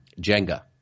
jenga